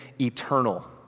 eternal